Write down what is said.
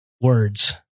Words